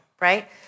right